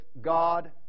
God